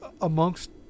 amongst